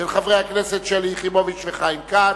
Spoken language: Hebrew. של חברי הכנסת שלי יחימוביץ וחיים כץ.